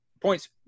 points